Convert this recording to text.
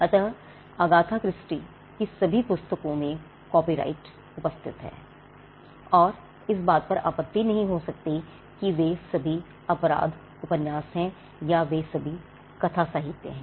अतः Agatha Christie की सभी पुस्तकों में कॉपीराइट उपस्थित हैं और इस बात पर आपत्ति नहीं हो सकती है कि वे सभी अपराध उपन्यास हैं या वे सभी कथा साहित्य हैं